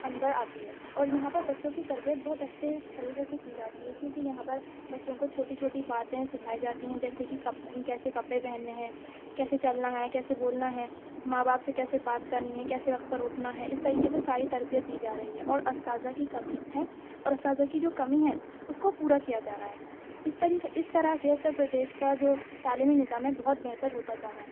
اندر آتی ہے اور یہاں پر بچوں کی تربیت بہت اچھے طریقے سے کی جاتی ہے کیوں کہ یہاں پر بچوں کو چھوٹی چھوٹی باتیں سکھائی جاتی ہیں جیسے کہ کپ کیسے کپڑے پہننے ہیں کیسے چلنا ہے کیسے بولنا ہے ماں باپ سے کیسے بات کرنی ہے کیسے وقت پر اٹھنا ہے اس طریقے سے ساری تربیت دی جارہی ہے اور اساتذہ کی کمی ہے اور اساتذہ کی جو کمی ہے اس کو پورا کیا جا رہا ہے اس طریقے اس طرح سے اتر پردیش کا جو تعلیمی نظام ہے بہت بہتر ہوتا جا رہا ہے